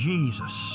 Jesus